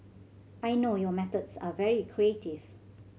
I know your methods are very creative